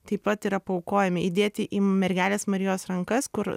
taip pat yra paaukojami įdėti į mergelės marijos rankas kur